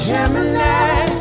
Gemini